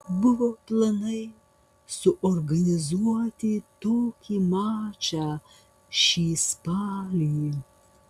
buvo planai suorganizuoti tokį mačą šį spalį